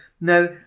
Now